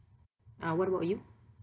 uh what about you